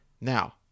Now